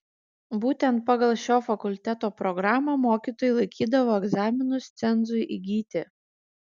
būtent pagal šio fakulteto programą mokytojai laikydavo egzaminus cenzui įgyti